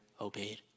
obeyed